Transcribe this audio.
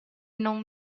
non